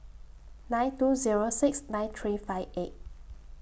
nine two Zero six nine three five eight